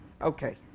Okay